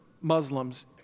Muslims